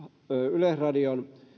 yleisradion